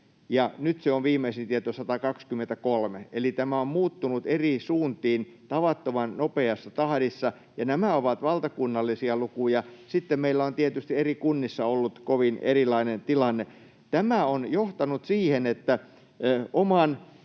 nyt viimeisin tieto on 123. Eli tämä on muuttunut eri suuntiin tavattoman nopeassa tahdissa. Nämä ovat valtakunnallisia lukuja. Sitten meillä on tietysti eri kunnissa ollut kovin erilainen tilanne. Tämä on johtanut siihen — oman,